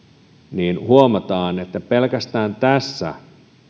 niin huomataan että pelkästään tässä